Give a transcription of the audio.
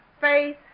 faith